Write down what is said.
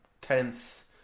tense